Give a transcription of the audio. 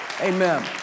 Amen